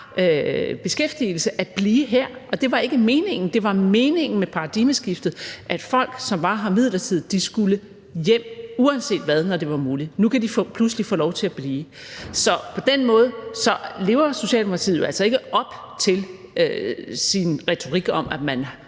beskæftigelse, at blive her. Og det var ikke meningen; det var meningen med paradigmeskiftet, at folk, som var her midlertidigt, skulle hjem uanset hvad, når det var muligt. Nu kan de pludselig få lov til at blive. På den måde lever Socialdemokratiet jo altså ikke op til sin retorik om, at man